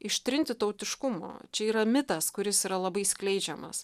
ištrinti tautiškumo čia yra mitas kuris yra labai skleidžiamas